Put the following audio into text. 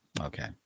Okay